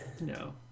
No